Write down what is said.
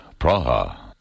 Praha